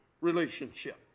relationship